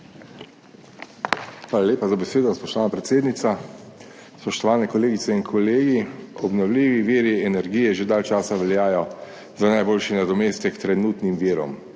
Hvala lepa za besedo, spoštovana predsednica. Spoštovani kolegice in kolegi! Obnovljivi viri energije že dalj časa veljajo za najboljši nadomestek trenutnim virom,